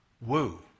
Woo